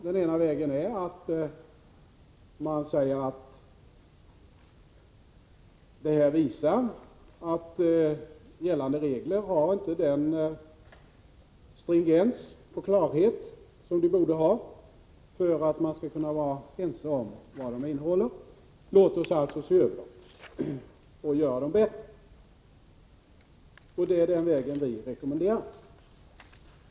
Den ena vägen är att säga att detta visar att gällande regler inte har den stringens och klarhet som de borde ha för att man skall kunna vara ense om vad de innehåller, och därför bör de ses över och göras bättre. Det är denna väg som vi rekommenderar.